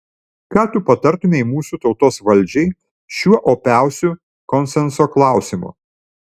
ką tu patartumei mūsų tautos valdžiai šiuo opiausiu konsenso klausimu